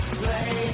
play